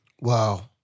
Wow